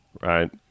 right